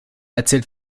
erzählt